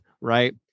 right